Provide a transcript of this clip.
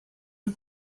for